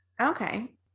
Okay